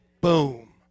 Boom